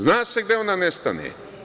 Zna se gde ona nestane.